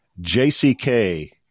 JCK